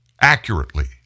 accurately